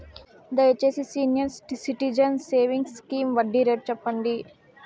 దయచేసి senior citizens savings scheme వడ్డీ rate సెప్పండి